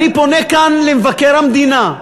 אני פונה כאן למבקר המדינה.